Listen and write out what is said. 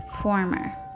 Former